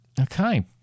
Okay